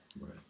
right